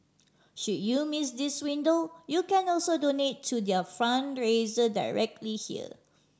should you miss this window you can also donate to their fundraiser directly here